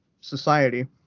society